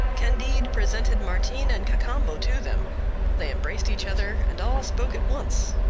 candide presented martin and cacambo to them they embraced each other, and all spoke at once.